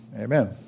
Amen